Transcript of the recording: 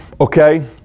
okay